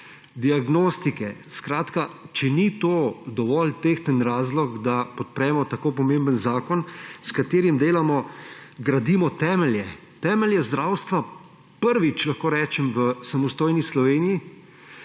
diagnostike – če to ni dovolj tehten razlog, da podpremo tako pomemben zakon, s katerim delamo, gradimo temelje! Temelje zdravstva prvič, lahko rečem, v samostojni Sloveniji,